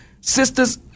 sisters